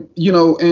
you know, and